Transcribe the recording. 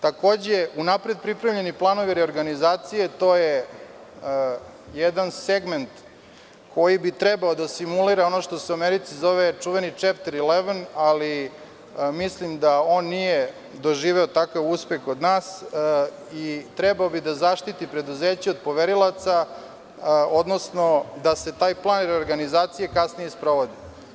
Takođe, unapred pripremljeni planovi reorganizacije, to je jedan segment koji bi trebao da simulira ono što se u Americi zove čuveni chapter eleven, ali mislim da on nije doživeo takav uspeh kod nas i trebao bi da zaštiti preduzeće od poverilaca, odnosno da se taj plan i reorganizacija kasnije sprovode.